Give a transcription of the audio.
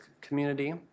community